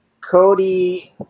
Cody